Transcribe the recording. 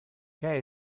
que